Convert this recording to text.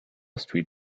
street